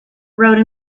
rode